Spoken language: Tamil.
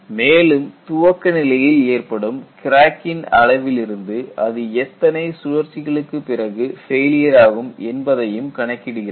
மேலும் துவக்க நிலையில் ஏற்படும் கிராக்கின் அளவிலிருந்து அது எத்தனை சுழற்சிகளுக்கு பிறகு ஃபெயிலியர் ஆகும் என்பதையும் கணக்கிடுகிறது